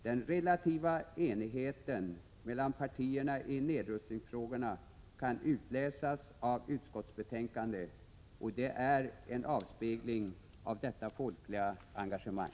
Den relativa enigheten mellan partierna i nedrustningsfrågorna kan utläsas av utskottsbetänkandet, och det är en avspegling av detta folkliga engagemang.